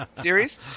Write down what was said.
series